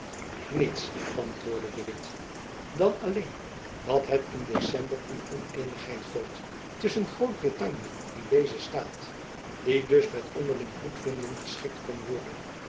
niets antwoordde de witt dan alleen dat jacob van lennep elizabeth musch het in december een oneenigheid gold tusschen grootbrittanje en dezen staat die dus met onderling goedvinden geschikt kon worden